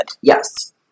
Yes